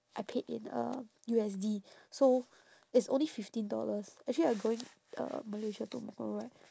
I paid in um U_S_D so it's only fifteen dollars actually I going uh malaysia tomorrow right